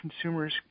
consumers